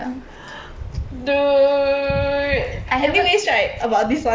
I haven't yeah